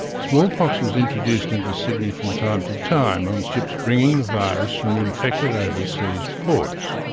smallpox was introduced into sydney from time to time on ships bringing the virus from infected overseas ports,